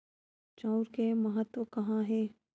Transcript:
चांउर के महत्व कहां हे?